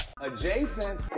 Adjacent